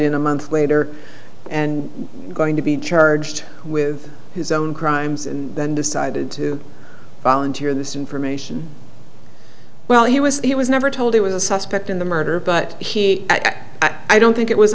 in a month later and going to be charged with his own crimes and then decided to volunteer this information well he was he was never told it was a suspect in the murder but he i don't think it was